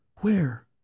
Where